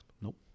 Nope